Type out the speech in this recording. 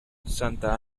santa